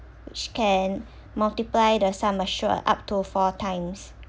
which can multiply the sum assured up to four times